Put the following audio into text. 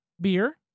beer